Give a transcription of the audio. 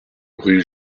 rue